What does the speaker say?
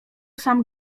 sam